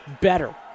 better